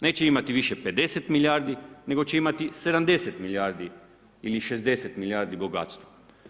Neće imati više 50 milijardi, nego će imati 70 milijardi ili 60 milijardi bogatstvo.